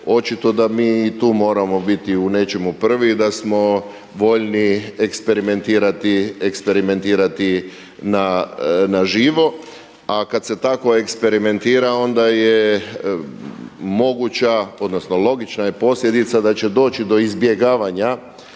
očito da mi i tu moramo biti u nečemu prvi, da smo voljni eksperimentirati na živo. A kad se tako eksperimentira onda je moguća odnosno logična je posljedica da će doći do izbjegavanja